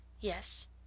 Yes